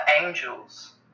angels